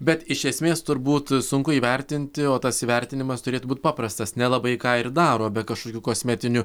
bet iš esmės turbūt sunku įvertinti o tas įvertinimas turėtų būt paprastas nelabai ką ir daro be kažkokių kosmetinių